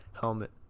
helmet